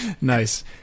Nice